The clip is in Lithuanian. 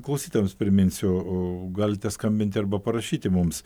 klausytojams priminsiu galite skambinti arba parašyti mums